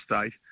state